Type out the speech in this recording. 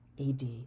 AD